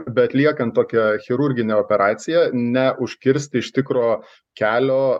beatliekant tokią chirurginę operaciją neužkirst iš tikro kelio